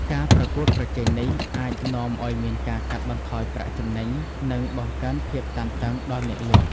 ការប្រកួតប្រជែងនេះអាចនាំឱ្យមានការកាត់បន្ថយប្រាក់ចំណេញ និងបង្កើនភាពតានតឹងដល់អ្នកលក់។